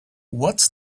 what’s